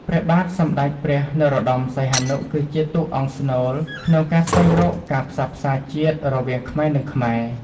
ព្រះបាទសម្តេចព្រះ នរោត្តម សីហនុ គឺជាតួអង្គស្នូលក្នុងការស្វែងរកការផ្សះផ្សាជាតិរវាងខ្មែរ និងខ្មែរ។